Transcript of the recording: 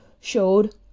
showed